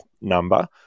number